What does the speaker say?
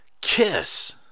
Kiss